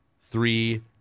three